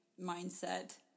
mindset